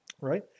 right